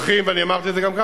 ואני אמרתי את זה גם כאן,